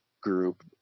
group